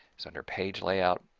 it's under page layout.